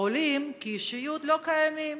העולים, כאישיות, לא קיימים.